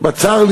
בצר לי,